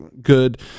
good